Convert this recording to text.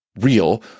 real